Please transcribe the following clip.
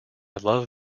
love